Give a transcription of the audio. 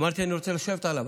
אמרתי: אני רוצה לשבת עליה.